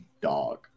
dog